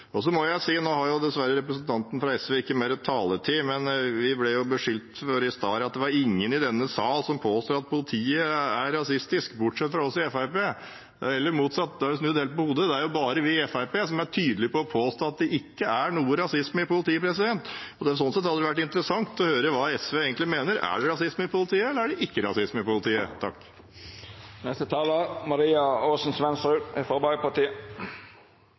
og det håper jeg kan bli en god konklusjon. Nå har dessverre representanten fra SV ikke mer taletid, men vi ble jo beskyldt for noe i stad her – det var ingen i denne sal som påstår at politiet er rasistisk, bortsett fra oss i Fremskrittspartiet. Det er heller motsatt. Det er jo snudd helt på hodet. Det er bare vi i Fremskrittspartiet som er tydelige på å påstå at det ikke er noe rasisme i politiet. Sånn sett hadde det vært interessant å høre hva SV egentlig mener: Er det rasisme i politiet, eller er det ikke rasisme i politiet?